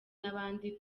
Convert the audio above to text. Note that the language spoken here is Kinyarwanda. n’abandi